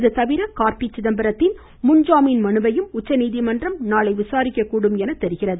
இது தவிர கார்த்தி சிதம்பரத்தின் முன் ஜாமின் மனுவையும் உச்சநீதிமன்றம் நாளை விசாரிக்கக்கூடும் என தெரிகிறது